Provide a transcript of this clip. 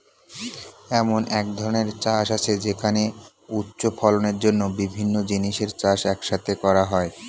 এমন এক ধরনের চাষ আছে যেখানে উচ্চ ফলনের জন্য বিভিন্ন জিনিসের চাষ এক সাথে করা হয়